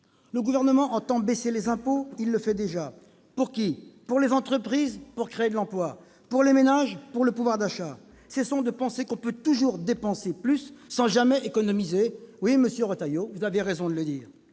Le Gouvernement entend baisser les impôts. Il le fait déjà. Pour qui ? Pour les entreprises, pour créer de l'emploi ; pour les ménages, pour le pouvoir d'achat. Cessons de penser que l'on peut toujours dépenser plus sans jamais économiser ; oui, monsieur Retailleau, vous avez raison de le dire